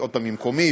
ממקומי,